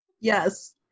Yes